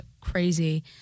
crazy